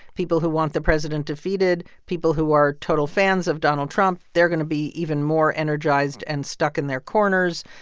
people who want the president defeated, people who are total fans of donald trump they're going to be even more energized and stuck in their corners.